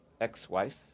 ex-wife